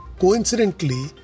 Coincidentally